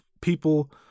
people